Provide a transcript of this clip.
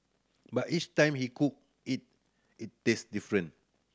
but each time he cook it it taste different